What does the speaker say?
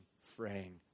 fraying